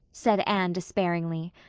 said anne despairingly,